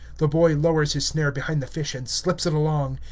the boy lowers his snare behind the fish and slips it along.